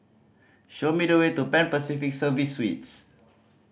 show me the way to Pan Pacific Serviced Suites